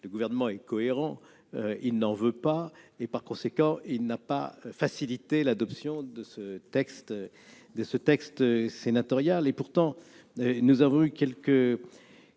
Le Gouvernement est cohérent, il n'en veut pas et, par conséquent, il n'a pas facilité l'adoption de ce texte sénatorial. Pourtant, nous avons eu quelque